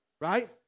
right